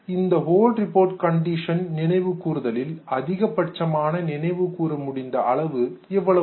இந்த whole report condition நினைவு கூர்தலில் அதிகபட்சமான நினைவு கூற முடிந்த அளவு இவ்வளவுதான்